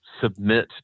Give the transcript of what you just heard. submit